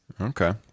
Okay